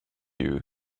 you